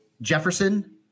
Jefferson